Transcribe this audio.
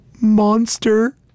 monster